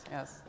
Yes